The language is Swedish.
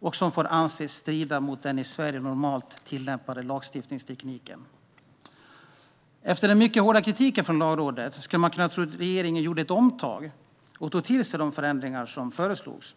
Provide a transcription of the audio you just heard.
och som får anses strida mot den i Sverige normalt tillämpade lagstiftningstekniken. Efter den mycket hårda kritiken från Lagrådet kunde man tro att regeringen skulle göra ett omtag och ta till sig de förändringar som föreslogs.